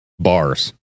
bars